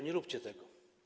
Nie róbcie tego.